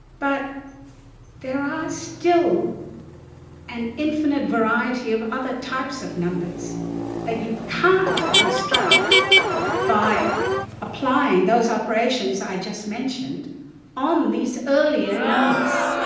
but there are still an infinite variety of other types of numbers that you can't construct by applying those operations i just mentioned on these earlier numbers.